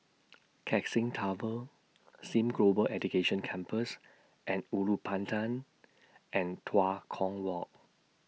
Keck Seng Tower SIM Global Education Campus and Ulu Pandan and Tua Kong Walk